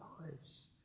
lives